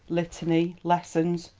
litany, lessons,